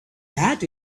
that